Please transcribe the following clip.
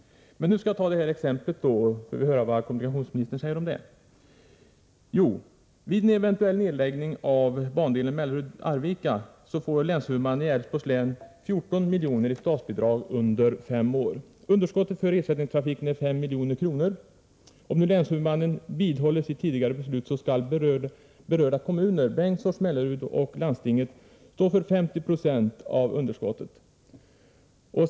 Men nu skall jag redovisa mitt exempel. Få se vad kommunikationsministern säger om det. Vid en eventuell nedläggning av bandelen Mellerud-Arvika får länshuvudmannen i Älvsborgs län 14 milj.kr. i statsbidrag under fem år. Underskottet för ersättningstrafiken är 5 milj.kr. Om nu länshuvudmannen vidhåller sitt tidigare beslut, skall berörda kommuner — Bengtsfors och Mellerud — samt landstinget stå för 50 96 av underskottet.